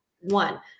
one